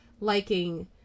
liking